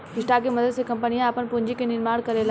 stock के मदद से कंपनियां आपन पूंजी के निर्माण करेला